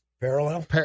parallel